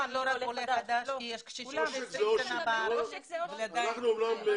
לא רק עולה חדש כי יש קשישים שנמצאים בארץ כבר 40 שנים.